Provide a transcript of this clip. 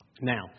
Now